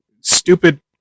stupid